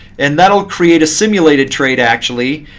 and that will create a simulated trade, actually.